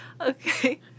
Okay